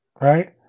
Right